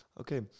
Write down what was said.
Okay